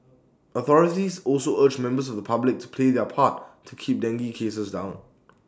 authorities also urged members of the public to play their part to keep dengue cases down